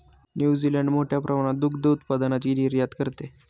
New Zealand मोठ्या प्रमाणात दुग्ध उत्पादनाची निर्यात करते